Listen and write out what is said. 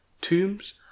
tombs